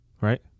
right